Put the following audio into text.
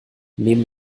neben